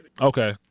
Okay